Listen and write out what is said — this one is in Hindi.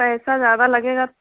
पैसा ज़्यादा लगेगा